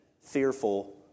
fearful